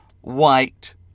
white